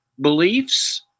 beliefs